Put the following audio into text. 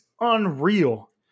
unreal